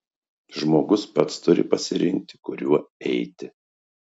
žmogus pats turi pasirinkti kuriuo eiti